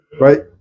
Right